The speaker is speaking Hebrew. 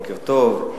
בוקר טוב.